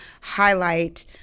highlight